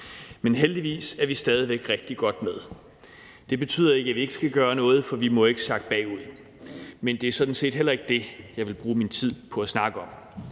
Men heldigvis er vi stadig væk rigtig godt med. Det betyder ikke, at vi ikke skal gøre noget, for vi må jo ikke sakke bagud, men det er sådan set heller ikke det, jeg vil bruge min tid på at snakke om.